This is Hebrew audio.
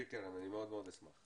קרן, אני מאוד מאוד אשמח.